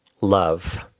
love